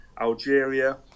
Algeria